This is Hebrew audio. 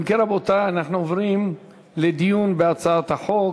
אנחנו עוברים לדיון בהצעת החוק.